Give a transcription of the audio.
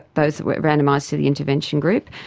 those that were randomised to the intervention group,